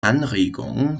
anregung